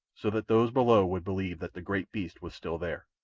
so that those below would believe that the great beast was still there.